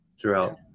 throughout